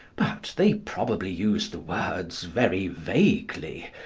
but they probably use the words very vaguely,